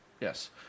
Yes